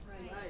Right